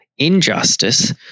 injustice